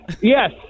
Yes